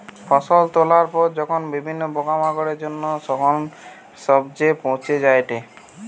ফসল তোলার পরে যখন বিভিন্ন পোকামাকড়ের জন্য যখন সবচে পচে যায়েটে